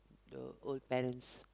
the old parents